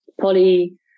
Polly